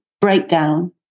breakdown